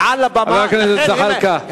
חבר הכנסת זחאלקה.